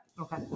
Okay